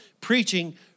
preaching